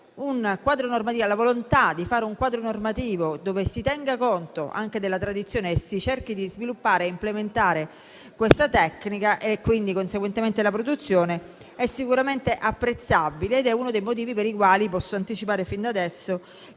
la volontà di realizzare un quadro normativo, in cui si tenga conto anche della tradizione e si cerchi di sviluppare e implementare questa tecnica e, conseguentemente, la produzione, è sicuramente apprezzabile ed è uno dei motivi per i quali posso anticipare fin da adesso